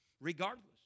Regardless